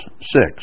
six